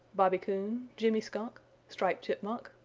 bobby coon, jimmy skunk striped chipmunk,